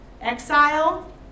exile